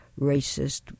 racist